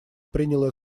принял